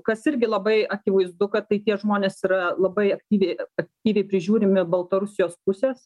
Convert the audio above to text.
kas irgi labai akivaizdu kad tai tie žmonės yra labai aktyviai aktyviai prižiūrimi baltarusijos pusės